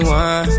one